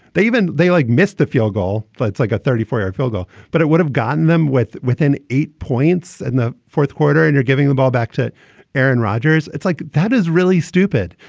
they even they like missed the field goal. but it's like a thirty four year field goal, but it would have gotten them with within eight points in and the fourth quarter. and you're giving the ball back to aaron rodgers. it's like that is really stupid.